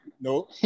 no